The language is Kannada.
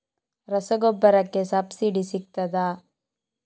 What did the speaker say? ರಸಗೊಬ್ಬರಕ್ಕೆ ಸಬ್ಸಿಡಿ ಸಿಗ್ತದಾ?